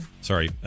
sorry